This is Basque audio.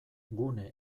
gune